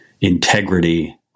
integrity